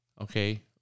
Okay